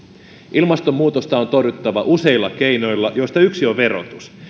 ilmastonmuutosta on torjuttava useilla keinoilla joista yksi on verotus